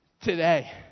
Today